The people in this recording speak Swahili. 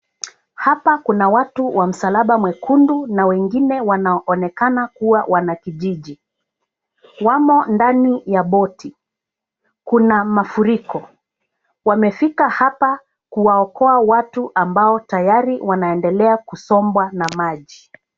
Hapa kuna watu wa msalaba mwekundu na wengine wanaonekana kuwa wanakijiji. Wamo ndani ya boti, kuna mafuriko. Wamefika hapa kuwaokoa watu ambao tayari wanaendelea kusombwa na maji.